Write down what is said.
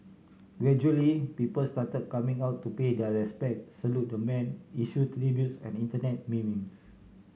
gradually people started coming out to pay their respects salute the man issue tributes and Internet memes